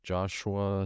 Joshua